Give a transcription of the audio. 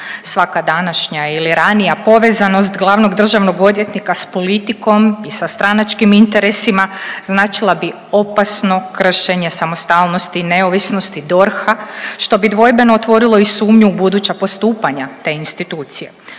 Svaka današnja ili ranija povezanost glavnog državnog odvjetnika s politikom i sa stranačkim interesima značila bi opasno kršenje samostalnosti i neovisnosti DORH-a, što bi dvojbeno otvorilo i sumnju u buduća postupanja te institucije.